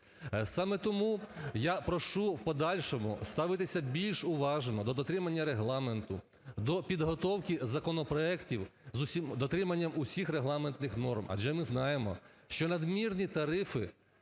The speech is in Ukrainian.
Саме тому я прошу в подальшому ставитися більш уважно до дотримання Регламенту, до підготовки законопроектів з дотриманням всіх регламентних норм, адже ми знаємо, що надмірні тарифи